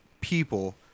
people